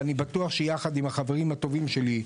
ואני בטוח שיחד עם החברים הטובים שלי,